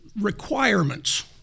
requirements